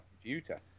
computer